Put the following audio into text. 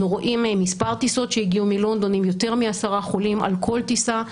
אנחנו רואים כמה טיסות שהגיעו מלונדון עם יותר מעשרה חולים על כל טיסה.